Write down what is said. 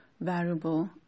variable